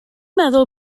meddwl